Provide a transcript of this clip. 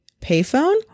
Payphone